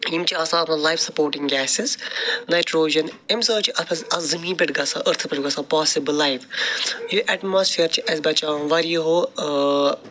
یِم چھِ آسان اتھ منٛز لایِف سپوٹِنٛگ گٮ۪سِز نیٹرٛوجن اَمہِ سۭتۍ چھُ اَفز اتھ زٔمیٖن پٮ۪ٹھ گَژھان ٲرتھ پٮ۪ٹھ گَژھان پاسِبٕل لایِف یہِ اٮ۪ٹماسفیر چھِ اَسہِ بچاوان واریِہو